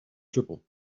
triple